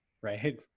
Right